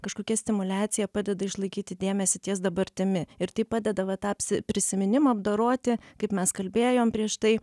kažkokia stimuliacija padeda išlaikyti dėmesį ties dabartimi ir tai padeda va tą psi prisiminimą apdoroti kaip mes kalbėjom prieš tai